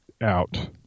out